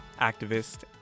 activist